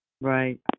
Right